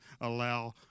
allow